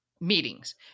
Meetings